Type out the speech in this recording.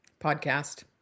Podcast